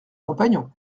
compagnons